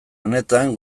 honetan